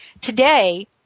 Today